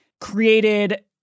created